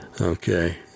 Okay